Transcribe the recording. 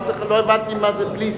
רק לא הבנתי מה זה "פליס",